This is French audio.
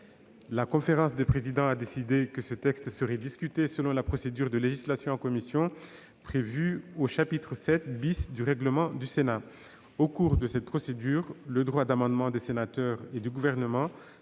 La conférence des présidents a décidé que ce texte serait discuté selon la procédure de législation en commission prévue au chapitre VII du règlement du Sénat. Au cours de cette procédure, le droit d'amendement des sénateurs et du Gouvernement s'exerce